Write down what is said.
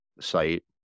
site